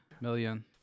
million